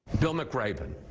bill mcraven,